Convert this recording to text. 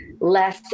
Less